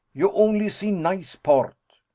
you only see nice part.